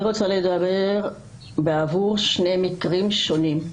אני רוצה לדבר בעבור שני מקרים שונים.